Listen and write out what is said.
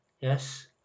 yes